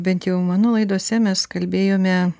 bent jau mano laidose mes kalbėjome